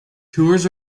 tours